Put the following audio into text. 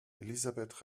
elisabeth